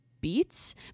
beats